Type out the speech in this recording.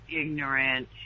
ignorant